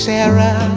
Sarah